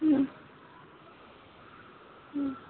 হুম